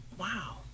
wow